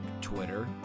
Twitter